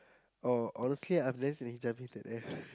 oh honestly I'm less intervene today